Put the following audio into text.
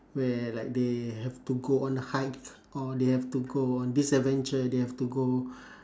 where like they have to go on a hike or they have to go on this adventure they have to go